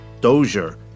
Dozier